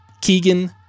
Keegan